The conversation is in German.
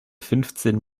fünfzehn